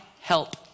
help